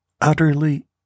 utterly